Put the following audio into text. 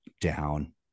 down